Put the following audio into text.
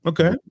Okay